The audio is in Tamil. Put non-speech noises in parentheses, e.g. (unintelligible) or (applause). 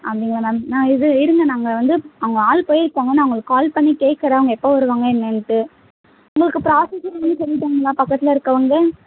அப்படிங்களா மேம் நான் இது இருங்க நாங்கள் வந்து அவங்க ஆள் போயிருக்காங்க நான் அவர்களுக்கு கால் பண்ணி கேட்குறேன் அவங்க எப்போ வருவாங்க என்னன்ட்டு உங்களுக்கு (unintelligible) பக்கத்தில் இருக்கறவங்க